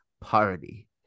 party